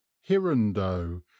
hirundo